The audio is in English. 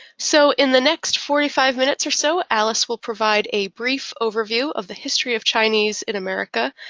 so in the next forty five minutes or so, alice will provide a brief overview of the history of chinese in america,